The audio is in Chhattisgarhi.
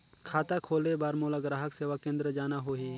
खाता खोले बार मोला ग्राहक सेवा केंद्र जाना होही?